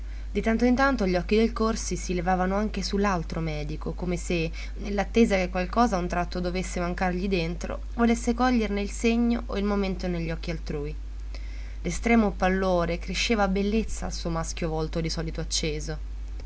in tanto gli occhi del corsi si levavano anche su l'altro medico come se nell'attesa che qualcosa a un tratto dovesse mancargli dentro volesse coglierne il segno o il momento negli occhi altrui l'estremo pallore cresceva bellezza al suo maschio volto di solito acceso